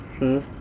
-hmm